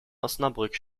osnabrück